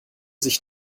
sich